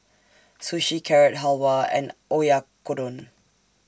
Sushi Carrot Halwa and Oyakodon